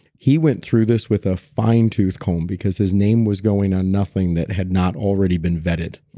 he went through this with a fine tooth comb, because his name was going on nothing that had not already been vetted.